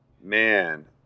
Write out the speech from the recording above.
man